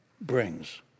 brings